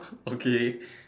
okay